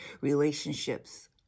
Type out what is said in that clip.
relationships